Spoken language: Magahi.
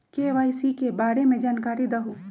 के.वाई.सी के बारे में जानकारी दहु?